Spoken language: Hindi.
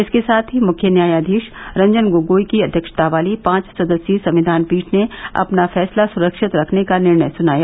इसके साथ ही मुख्य न्यायाधीश रंजन गोगोई की अध्यक्षता वाली पांच सदस्यीय संविद्यान पीठ ने अपना फैंसला सुरक्षित रखने का निर्णय सुनाया